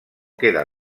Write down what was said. queda